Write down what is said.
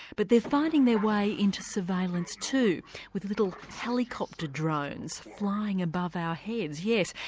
but they're finding their way into surveillance too with little helicopter drones flying above our heads, yes,